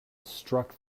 struck